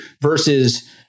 versus